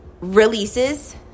releases